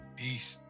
peace